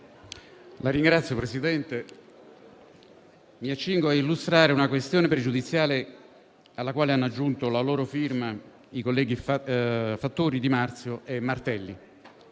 Signor Presidente, mi accingo a illustrare una questione pregiudiziale alla quale hanno aggiunto la loro firma i colleghi Fattori, Di Marzio e Martelli.